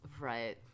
right